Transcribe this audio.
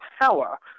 power